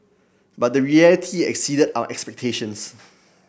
but the reality exceeded our expectations